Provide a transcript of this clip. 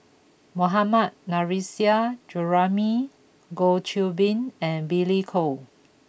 Mohammad Nurrasyid Juraimi Goh Qiu Bin and Billy Koh